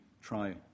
try